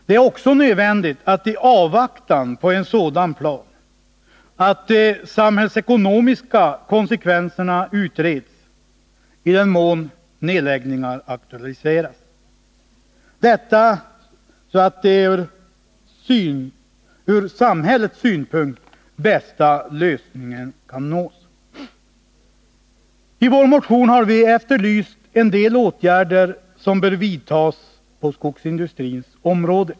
Det är också i avvaktan på en sådan plan nödvändigt att de samhällsekonomiska konsekvenserna utreds i den mån nedläggningar aktualiseras, så att den ur samhällets synpunkt bästa lösningen kan nås. I vår motion har vi efterlyst en del åtgärder som bör vidtas på skogsindustrins område.